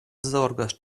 zorgas